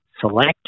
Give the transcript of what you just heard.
select